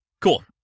cool